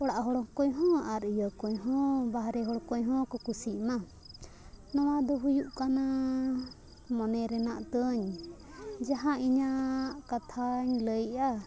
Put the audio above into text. ᱚᱲᱟᱜ ᱦᱚᱲ ᱠᱚᱦᱚᱸ ᱟᱨ ᱤᱭᱟᱹ ᱠᱚᱦᱚᱸ ᱵᱟᱦᱨᱮ ᱦᱚᱲ ᱠᱚᱦᱚᱸ ᱠᱚ ᱠᱩᱥᱤᱜᱼᱢᱟ ᱱᱚᱣᱟ ᱫᱚ ᱦᱩᱭᱩᱜ ᱠᱟᱱᱟ ᱢᱚᱱᱮ ᱨᱮᱱᱟᱜ ᱛᱟᱹᱧ ᱡᱟᱦᱟᱸ ᱤᱧᱟᱹᱜ ᱠᱟᱛᱷᱟᱧ ᱞᱟᱹᱭᱮᱜᱼᱟ